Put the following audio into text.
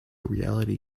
reality